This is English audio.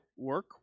Work